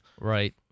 Right